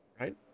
Right